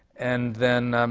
and then,